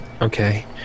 Okay